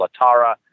LaTara